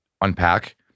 unpack